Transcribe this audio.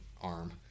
arm